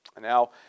Now